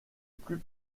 plus